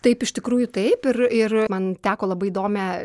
taip iš tikrųjų taip ir ir man teko labai įdomią